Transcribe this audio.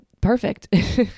perfect